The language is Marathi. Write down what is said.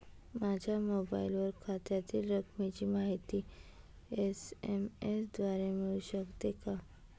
माझ्या मोबाईलवर खात्यातील रकमेची माहिती एस.एम.एस द्वारे मिळू शकते का?